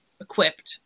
equipped